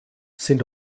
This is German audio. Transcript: sind